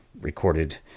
recorded